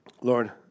Lord